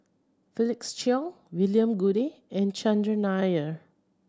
Felix Cheong William Goode and Chandran Nair